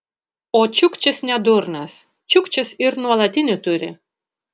o čiukčis ne durnas čiukčis ir nuolatinį turi